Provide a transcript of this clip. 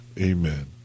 Amen